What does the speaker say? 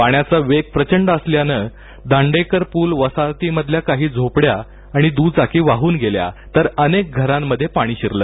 पाण्याचा वेग प्रचंड असल्यानं दांडेकरपूल वसाहतीमधल्या काही झोपड्या आणि दूचाकी वाहन गेल्या तर अनेक घरांमध्ये पाणी शिरलं